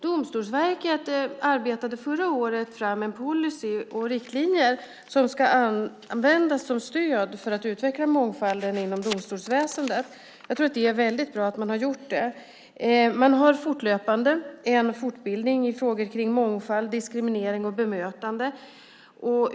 Domstolsverket arbetade förra året fram en policy och riktlinjer som ska användas som stöd för att utveckla mångfalden inom domstolsväsendet. Jag tror att det är väldigt bra att man har gjort det. Man har fortlöpande en fortbildning i frågor kring mångfald, diskriminering och bemötande.